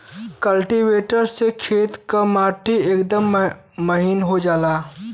cultivator से खेत क माटी एकदम महीन हो जाला